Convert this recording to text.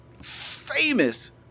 famous